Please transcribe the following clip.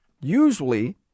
Usually